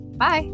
Bye